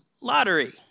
lottery